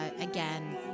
again